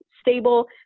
stable